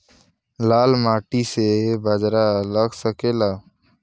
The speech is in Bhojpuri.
लाल माटी मे बाजरा लग सकेला?